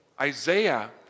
Isaiah